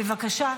בבקשה.